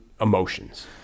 emotions